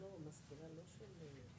זה כל מה שמעניין אתכם.